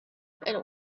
and